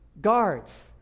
guards